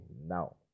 now